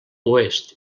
oest